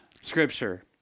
scripture